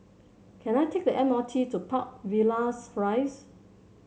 can I take the M R T to Park Villas Rise